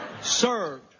served